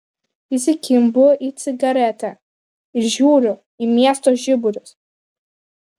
įsikimbu į cigaretę ir žiūriu į miesto žiburius